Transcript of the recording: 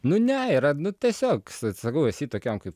nu ne yra nu tiesiog sa sakau esi tokiam kaip